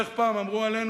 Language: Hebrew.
איך פעם אמרו עלינו?